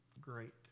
great